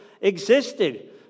existed